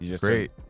Great